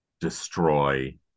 destroy